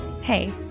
Hey